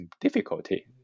difficulty